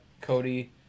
Cody